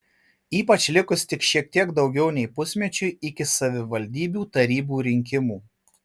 ypač likus tik šiek tiek daugiau nei pusmečiui iki savivaldybių tarybų rinkimų